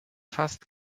fast